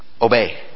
Obey